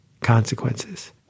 consequences